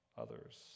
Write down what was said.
others